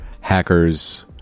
hackers